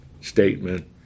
statement